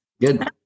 Good